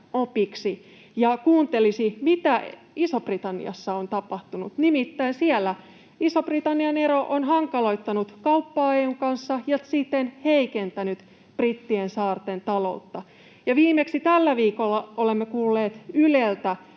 ja kuuntelisi, mitä Isossa-Britanniassa on tapahtunut. Nimittäin siellä Ison-Britannian ero on hankaloittanut kauppaa EU:n kanssa ja siten heikentänyt Brittein saarten taloutta. Ja viimeksi tällä viikolla olemme kuulleet Yleltä: